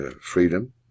freedom